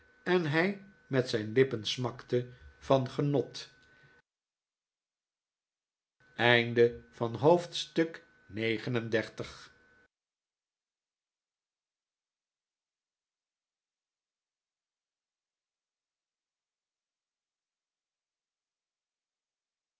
en hij met zijn lippen smakte van genot